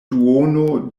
duono